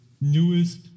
newest